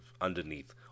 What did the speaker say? underneath